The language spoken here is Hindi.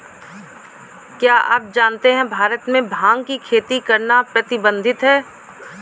क्या आप जानते है भारत में भांग की खेती करना प्रतिबंधित है?